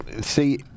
See